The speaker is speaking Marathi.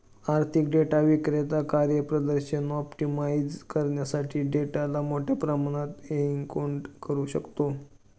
आर्थिक डेटा विक्रेता कार्यप्रदर्शन ऑप्टिमाइझ करण्यासाठी डेटाला मोठ्या प्रमाणात एन्कोड करू शकतो